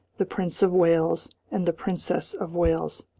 the prince of wales, and the princess of wales.